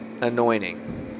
anointing